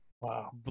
wow